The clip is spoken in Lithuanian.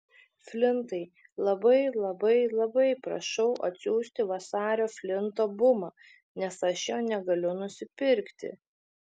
flintai labai labai labai prašau atsiųsti vasario flinto bumą nes aš jo negaliu nusipirkti